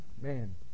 man